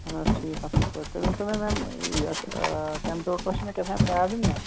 اَہَن حظ ٹھیٖک اَصٕل پٲٹھۍ تُہۍ ؤنۍتو مےٚ میٚم یَتھ آ کمپیٛوٗٹرَس چھِ مےٚ کیٚنٛہہ تام پرٛابلِم نا